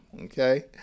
Okay